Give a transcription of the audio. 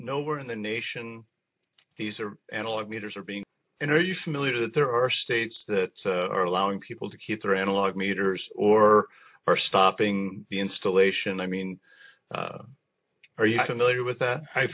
know we're in the nation these are analog meters are being and are you familiar that there are states that are allowing people to keep their analog meters or are stopping the installation i mean are you familiar with that